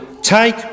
take